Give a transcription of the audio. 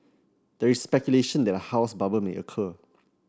there is speculation that a house bubble may occur